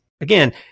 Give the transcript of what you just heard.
again